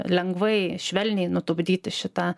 lengvai švelniai nutupdyti šitą